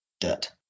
dirt